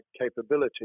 capability